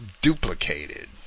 duplicated